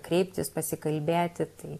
kreiptis pasikalbėti tai